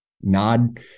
nod